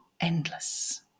endless